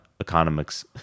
Economics